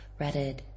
Reddit